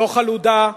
לא חלודה,